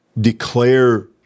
Declare